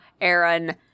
Aaron